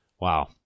Wow